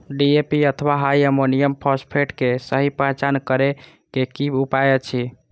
DAP अथवा di ammonium phosphate के सहि पहचान करे के कि उपाय अछि?